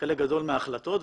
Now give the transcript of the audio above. חלק גדול מהחלטות.